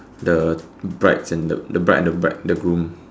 the brides and the bride the bride the groom